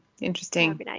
Interesting